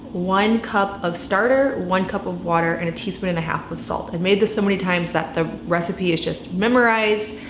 one cup of starter, one cup of water and a teaspoon and a half of salt. i've and made this so many times that the recipe is just memorized.